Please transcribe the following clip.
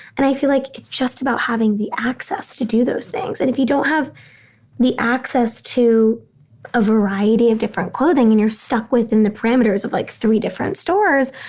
and i feel like it's just about having the access to do those things. and if you don't have the access to a variety of different clothing and you're stuck within the parameters of like three different stores,